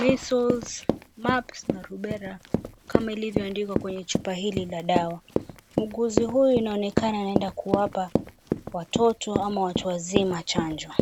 measles , mumps na rubella kama ilivyoandikwa kwenye chupa ili la dawa, mkunzi huyu anaonekana anenda kuwapa watoto ama watu wazima chanjo.